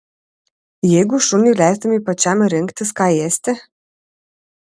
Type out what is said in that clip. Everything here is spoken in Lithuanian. jeigu šuniui leistumei pačiam rinktis ką ėsti